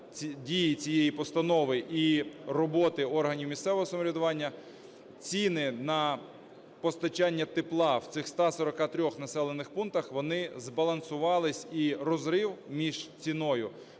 дії цієї постанови і роботи органів місцевого самоврядування ціни на постачання тепла в цих 143 населених пунктах, вони збалансувались. І розрив між ціною,